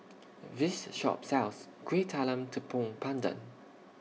This Shop sells Kuih Talam Tepong Pandan